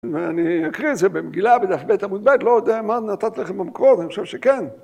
ואני אקריא את זה במגילה בדף ב, עמוד ב, לא יודע מה נתת לכם במקורות, אני חושב שכן.